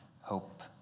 hope